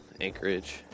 Anchorage